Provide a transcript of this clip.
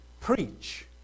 Preach